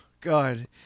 God